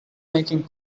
making